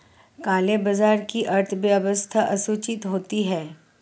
काले बाजार की अर्थव्यवस्था असूचित होती है